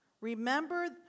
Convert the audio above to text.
Remember